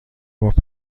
گفت